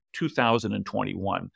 2021